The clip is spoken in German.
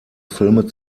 filme